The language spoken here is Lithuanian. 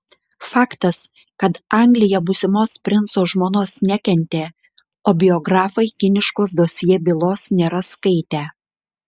faktas kad anglija būsimos princo žmonos nekentė o biografai kiniškos dosjė bylos nėra skaitę